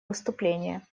выступление